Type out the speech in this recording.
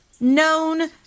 known